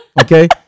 okay